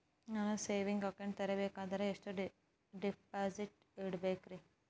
ನಾನು saving account ತೆಗಿಬೇಕಂದರ ಎಷ್ಟು ಡಿಪಾಸಿಟ್ ಇಡಬೇಕ್ರಿ?